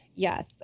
Yes